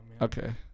Okay